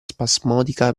spasmodica